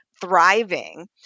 thriving